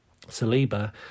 Saliba